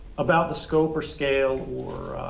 about the scope, or scale, or